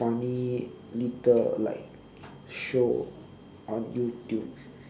funny little like show on youtube